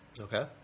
Okay